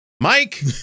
Mike